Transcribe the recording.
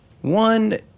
one